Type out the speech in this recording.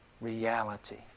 reality